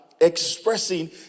expressing